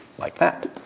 like that.